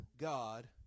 God